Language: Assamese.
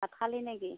ভাত খালি নেকি